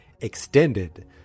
extended